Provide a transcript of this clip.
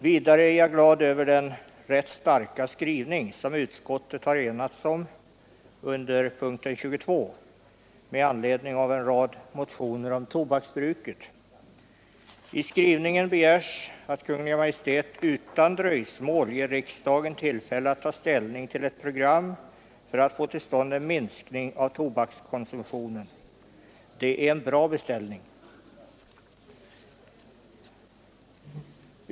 Vidare är jag glad över den rätt starka skrivning som utskottet har enats om under punkten 22 med anledning av en rad motioner om tobaksbruket. I skrivningen begärs att Kungl. Maj:t utan dröjsmål skall ge riksdagen tillfälle att ta ställning till ett program för att få till stånd en minskning av tobakskonsumtionen. Det är en bra beställning.